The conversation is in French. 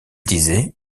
disait